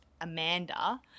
Amanda